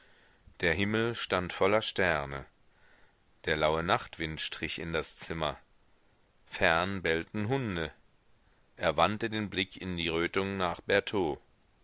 der himmel stand voller sterne der laue nachtwind strich in das zimmer fern bellten hunde er wandte den blick in die rötung nach bertaux